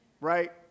right